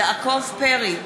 יעקב פרי,